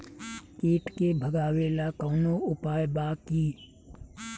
कीट के भगावेला कवनो उपाय बा की?